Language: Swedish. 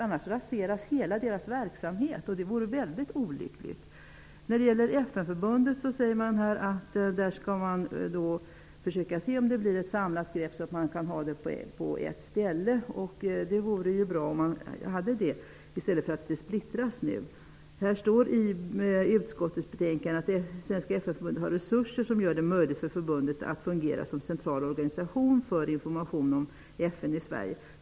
Annars raseras hela deras verksamhet. Det vore väldigt olyckligt. När det gäller FN-förbundet säger man att man skall försöka se till att det blir ett samlat grepp, att bidragen skall finnas på ett ställe. Det vore bra om det vore så, i stället för att det är splittrat som nu. I utskottets betänkande står det: ''Svenska FN förbundet har resurser som gör det möjligt för förbundet att fungera som central organisation för information om FN i Sverige.''